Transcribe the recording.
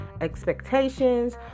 expectations